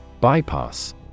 Bypass